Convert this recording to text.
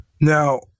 Now